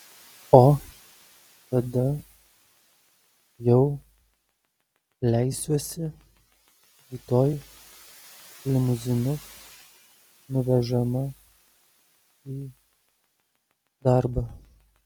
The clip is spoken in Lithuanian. o tada jau leisiuosi rytoj limuzinu nuvežama į darbą